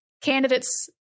candidates